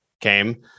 came